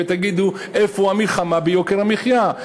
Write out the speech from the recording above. בשבוע הבא ותגידו: איפה המלחמה ביוקר המחיה?